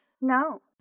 No